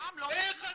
הפעם לא הוזמן.